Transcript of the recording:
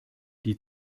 die